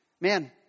man